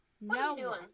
No